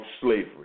slavery